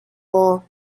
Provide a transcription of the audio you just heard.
maw